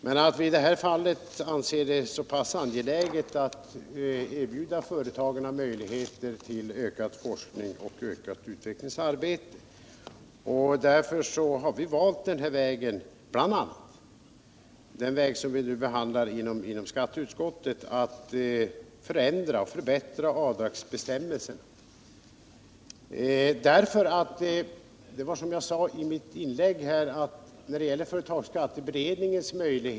Men i det här fallet anser vi det vara angeläget att erbjuda företagarna möjligheter till ökat forskningsoch utvecklingsarbete, och bl.a. därför har vi valt den vägen — som vi nu behandlar inom skatteutskottet — att förändra och förbättra avdragsbestämmelserna.